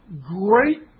great